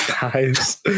Guys